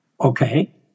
okay